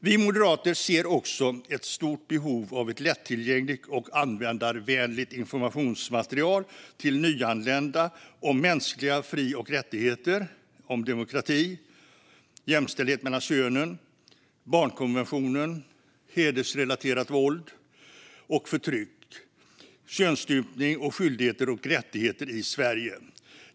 Vi moderater ser också ett stort behov av ett lättillgängligt och användarvänligt informationsmaterial till nyanlända om mänskliga fri och rättigheter, demokrati, jämställdhet mellan könen, barnkonventionen, hedersrelaterat våld och förtryck, könsstympning och skyldigheter och rättigheter i Sverige.